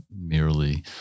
merely